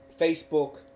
facebook